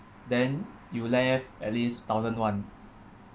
then you left at least thousand one